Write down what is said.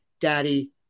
daddy